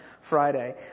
Friday